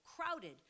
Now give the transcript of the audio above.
crowded